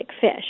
fish